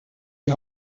die